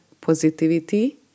positivity